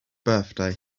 birthday